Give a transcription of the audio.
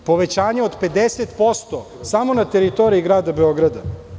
Povećanje od 50% je samo na teritoriji Grada Beograda.